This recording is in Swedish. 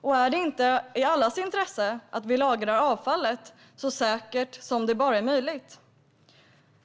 Och är det inte i allas intresse att vi lagrar avfallet så säkert som möjligt?